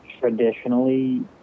traditionally